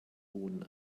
boden